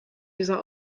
dieser